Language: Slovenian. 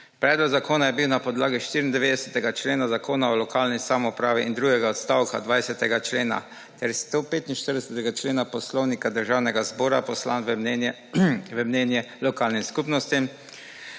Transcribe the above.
Predlog zakona je bil na podlagi 94. člena Zakona o lokalni samoupravi in drugega odstavka 20. člena ter 145. člena Poslovnika Državnega zbora poslan v mnenje lokalnim skupnostim.